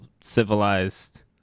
civilized